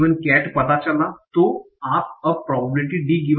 cat पता चला तो आप अब प्रोबेबिलिटी D